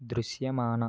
దృశ్యమాన